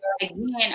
again